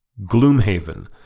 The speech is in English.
Gloomhaven